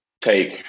take